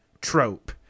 trope